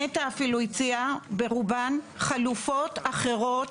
נת"ע אפילו הציע ברובן חלופות אחרות,